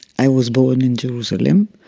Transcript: i was born in jerusalem,